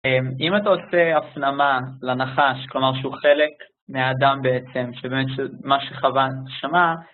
אם אתה עושה הפנמה לנחש, כלומר שהוא חלק מהאדם בעצם, שבאמת מה שכבן שמע,